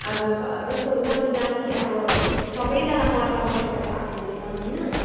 अब क यस्तो हुन्छ पुजामा कि अब सबैजना व्रत बसेर त आएको हुँदैन होइन